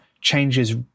changes